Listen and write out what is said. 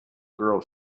girl